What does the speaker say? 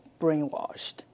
brainwashed